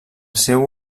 seu